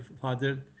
father